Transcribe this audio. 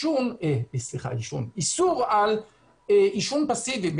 איסור על עישון פסיבי,